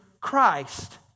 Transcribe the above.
Christ